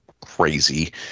crazy